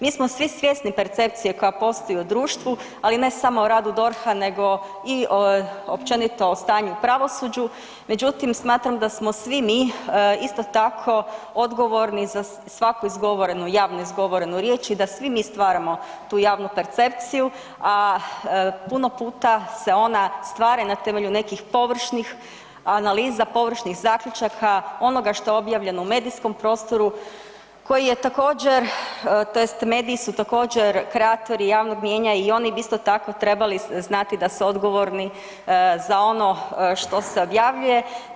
Mi smo svi svjesni percepcije koja postoji u društvu, ali ne samo o radu DORH-a nego i općenito o stanju u pravosuđu međutim smatram da smo svi mi isto tako odgovorni za svaku izgovorenu, javnu izgovorenu riječ i da svi mi stvaramo tu javnu percepciju a puni puta se ona stvara na temelju nekih površnih analiza, površnih zaključaka, onoga što je objavljeno u medijskom prostoru koji je također tj. mediji su također kreatori javnog mnijenja i oni bi isto tako trebali znati da su odgovorni za ono što se objavljuje.